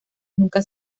nunca